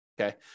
okay